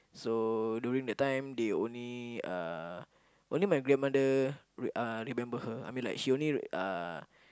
so during that time they only uh only my grandmother re~ uh remember her I mean she only uh